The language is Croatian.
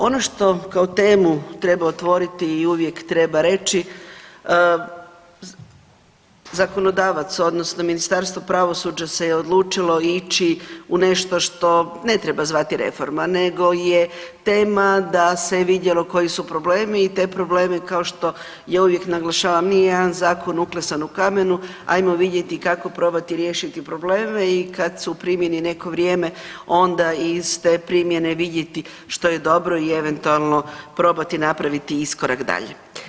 Ono što kao temu treba otvoriti i uvijek treba reći zakonodavac odnosno Ministarstvo pravosuđa se je odlučilo ići u nešto što ne treba zvati reforma nego je tema da se vidjelo koji su problemi i te probleme kao što ja uvijek naglašavam nije jedan zakon uklesan u kamenu, ajmo vidjeti kako probati riješiti probleme i kad su u primjeni neko vrijeme onda iz te primjene vidjeti što je dobro i eventualno probati napraviti iskorak dalje.